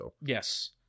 Yes